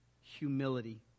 humility